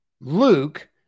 Luke